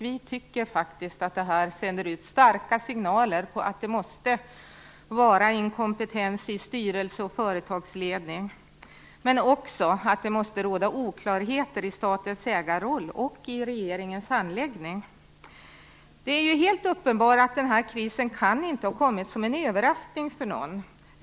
Det här sänder ut starka signaler om att det måste finnas inkompetens i styrelse och företagsledning, men också att det måste råda oklarheter i statens ägarroll och i regeringens handläggning. Det är uppenbart att den här krisen inte kan ha kommit som en överraskning för någon.